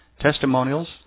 testimonials